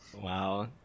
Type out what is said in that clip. Wow